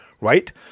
Right